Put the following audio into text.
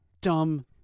dumb